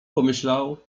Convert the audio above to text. pomyślał